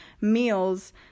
meals